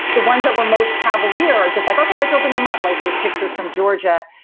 the ones that were most cavalier are just like, ok, let's open them up, like those pictures from georgia.